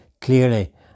clearly